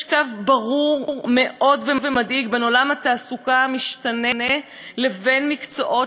יש קו ברור מאוד ומדאיג בין עולם התעסוקה המשתנה לבין מקצועות